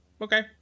Okay